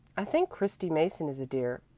i think christy mason is a dear.